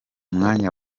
mwanya